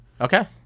Okay